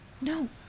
No